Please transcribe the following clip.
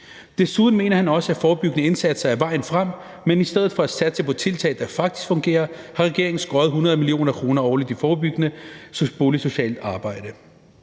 Desuden mener han også, at forebyggende indsatser er vejen frem, men i stedet for at satse på tiltag, der faktisk fungerer, har regeringen skrottet 100 mio. kr. årligt til forebyggende boligsocialt arbejde.